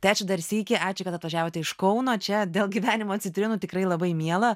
tai ačiū dar sykį ačiū kad atvažiavote iš kauno čia dėl gyvenimo citrinų tikrai labai miela